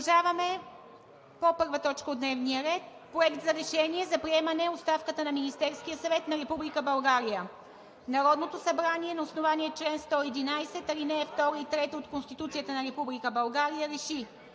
Продължаваме по първа точка от дневния ред: „Проект! РЕШЕНИЕ за приемане оставката на Министерския съвет на Република България Народното събрание на основание чл. 111, ал. 2 и 3 от Конституцията на Република България РЕШИ: